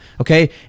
okay